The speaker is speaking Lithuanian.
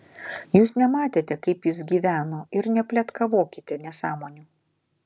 jūs nematėte kaip jis gyveno ir nepletkavokite nesąmonių